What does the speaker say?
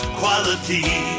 quality